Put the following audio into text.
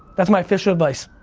that's my official advice.